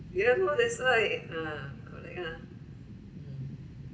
we don't know that's why ah correct ya mm